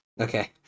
Okay